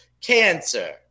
cancer